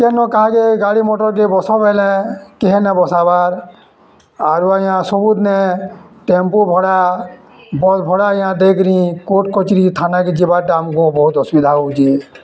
କେନ କାହାକେ ଗାଡ଼ି ମଟର୍ କେ ବସ ବେଲେ କେହେ ନେ ବସାବାର୍ ଆରୁ ଆଜ୍ଞା ସବୁନେ ଟେମ୍ପୁ ଭଡ଼ା ବସ୍ ଭଡ଼ା ଆଜ୍ଞା ଦେଇକିରି କୋର୍ଟ କଚ୍ରି ଥାନାକେ ଯିବାରଟା ଆମ୍କୁ ବହୁତ ଅସୁବିଧା ହଉଚେ